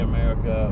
America